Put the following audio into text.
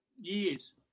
years